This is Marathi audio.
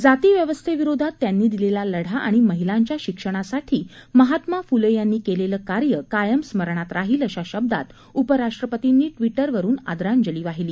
जातीव्यवस्थेविरोधात त्यांनी दिलेला लढा आणि महिलांच्या शिक्षणासाठी महात्मा फुले यांनी केलेलं कार्य कायम स्मरणात राहील अशा शब्दात उपराष्ट्रपतींनी ट्विटरवरून आदरांजली वाहिली